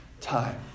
time